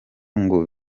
ngo